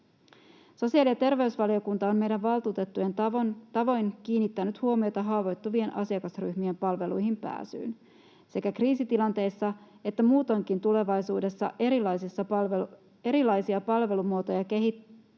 Sosiaali- ja terveysvaliokunta on meidän valtuutettujen tavoin kiinnittänyt huomiota haavoittuvien asiakasryhmien palveluihin pääsyyn. Sekä kriisitilanteissa että muutoinkin tulevaisuudessa erilaisia palvelumuotoja kehitettäessä